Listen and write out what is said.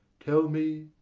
tell me,